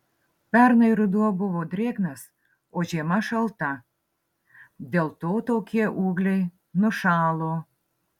pernai ruduo buvo drėgnas o žiema šalta dėl to tokie ūgliai nušalo